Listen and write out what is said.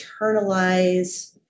internalize